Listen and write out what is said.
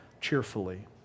cheerfully